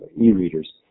e-readers